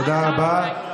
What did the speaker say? תודה רבה.